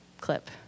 clip